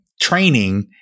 training